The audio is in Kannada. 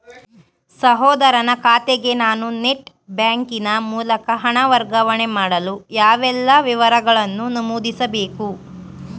ಸಹೋದರನ ಖಾತೆಗೆ ನಾನು ನೆಟ್ ಬ್ಯಾಂಕಿನ ಮೂಲಕ ಹಣ ವರ್ಗಾವಣೆ ಮಾಡಲು ಯಾವೆಲ್ಲ ವಿವರಗಳನ್ನು ನಮೂದಿಸಬೇಕು?